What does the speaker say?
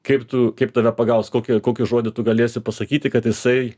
kaip tu kaip tave pagaus kokį kokį žodį tu galėsi pasakyti kad jisai